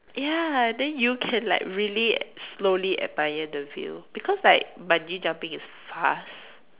ya then you can like really slowly admire the view because like bungee jumping is fast